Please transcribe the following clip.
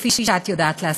כפי שאת יודעת לעשות.